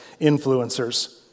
influencers